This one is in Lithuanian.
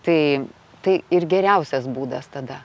tai tai ir geriausias būdas tada